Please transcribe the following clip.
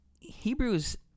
Hebrews